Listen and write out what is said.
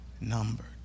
numbered